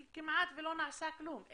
כי כמעט שלא נעשה כלום.